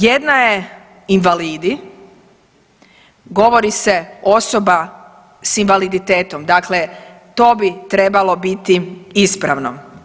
Jedna je invalidi govori se osoba s invaliditetom, dakle to bi trebalo biti ispravno.